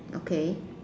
okay